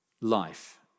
life